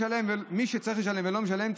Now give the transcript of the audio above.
מי שצריך לשלם ולא משלם,